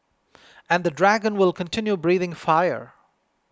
and the dragon will continue breathing fire